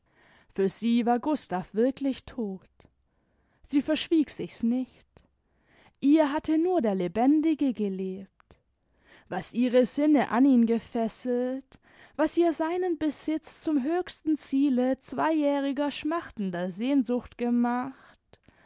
für sie war gustav wirklich todt sie verschwieg sich's nicht ihr hatte nur der lebendige gelebt was ihre sinne an ihn gefesselt was ihr seinen besitz zum höchsten ziele zweijähriger schmachtender sehnsucht gemacht